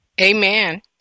Amen